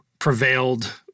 prevailed